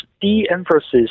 de-emphasis